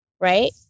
Right